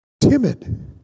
timid